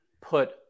put